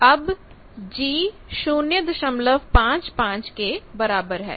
अब G 055 के बराबर है